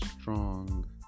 strong